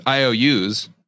IOUs